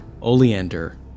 Oleander